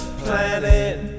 planet